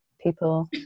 people